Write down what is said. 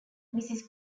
mrs